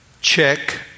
check